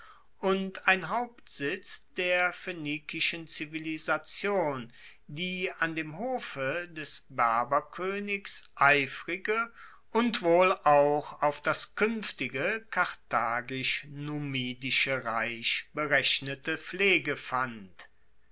und ein hauptsitz der phoenikischen zivilisation die an dem hofe des berberkoenigs eifrige und wohl auch auf das kuenftige karthagisch numidische reich berechnete pflege fand